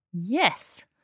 Yes